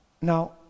now